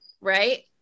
Right